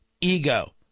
ego